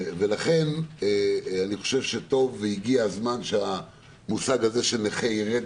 לכן טוב והגיע הזמן שהמושג נכה ירד